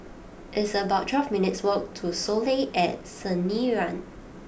it's about twelve minutes' walk to Soleil at Sinaran